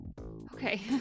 Okay